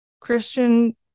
christian